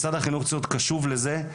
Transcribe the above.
משרד החינוך צריך להיות קשוב לזה,